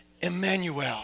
Emmanuel